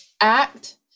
act